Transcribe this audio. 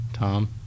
Tom